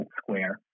square